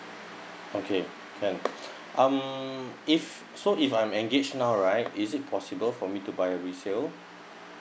okay can um if so if I'm engage now right is it possible for me to buy a resale